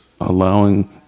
allowing